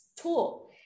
tool